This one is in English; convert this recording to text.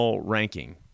ranking